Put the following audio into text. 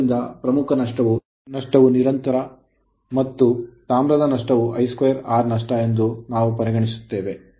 ಆದ್ದರಿಂದ ಪ್ರಮುಖ ನಷ್ಟವು ನಿರಂತರ ನಷ್ಟ ಮತ್ತು ತಾಮ್ರದ ನಷ್ಟವು I 2 R ನಷ್ಟ ಎಂದು ನಾವು ಪರಿಗಣಿಸುತ್ತೇವೆ